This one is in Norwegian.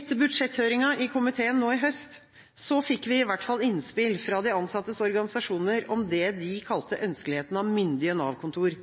Etter budsjetthøringa i komiteen sist høst fikk vi i hvert fall innspill fra de ansattes organisasjoner om det de kalte ønskeligheten av myndige